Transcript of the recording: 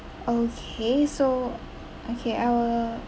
okay so okay I will